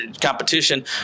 competition